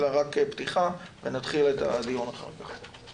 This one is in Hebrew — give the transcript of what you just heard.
רק פתיחה ונתחיל את הדיון אחר כך.